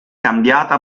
cambiata